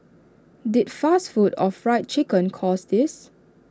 did fast food or Fried Chicken cause this